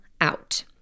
out